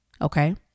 Okay